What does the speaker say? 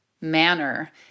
manner